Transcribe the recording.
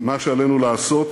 מה שעלינו לעשות